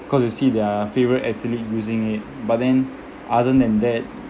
cause you see their favourite athlete using it but then other than that